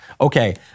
Okay